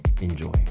enjoy